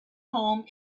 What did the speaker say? home